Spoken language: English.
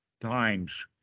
times